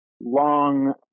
long